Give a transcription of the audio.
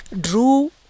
drew